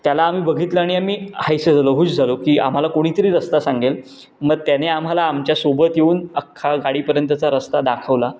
त्याला आम्ही बघितलं आणि आम्ही हायसे झालो हुश झालो की आम्हाला कुणीतरी रस्ता सांगेल मग त्याने आम्हाला आमच्यासोबत येऊन अख्खा गाडीपर्यंतचा रस्ता दाखवला